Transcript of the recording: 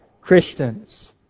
Christians